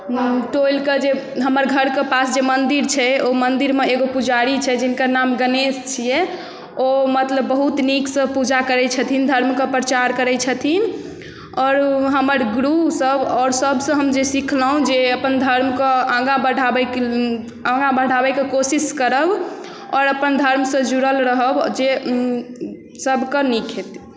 टोलके जे हमर घरके पास जे मन्दिर छै ओ मन्दिरमे एगो पुजारी छै जिनकर नाम गणेश छियै ओ मतलब बहुत नीकसँ पूजा करै छथिन धर्मके प्रचार करै छथिन आओर हमर गुरुसभ आओर सभसँ हम जे सिखलहूँ जे अपन धर्मकेँ आगाँ बढ़ाबैके आगाँ बढ़ाबैके कोशिश करब आओर अपन धर्मसँ जुड़ल रहब जे सभकेँ नीक हेतै